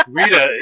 Rita